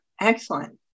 Excellent